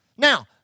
Now